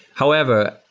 however,